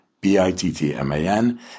B-I-T-T-M-A-N